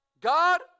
God